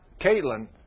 Caitlin